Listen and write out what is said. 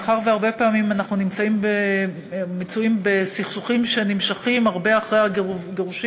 מאחר שהרבה פעמים אנחנו מצויים בסכסוכים שנמשכים הרבה אחרי הגירושים,